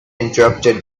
interrupted